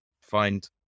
find